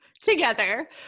together